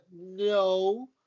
No